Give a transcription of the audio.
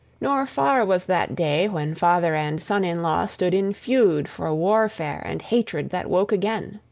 nor far was that day when father and son-in-law stood in feud for warfare and hatred that woke again.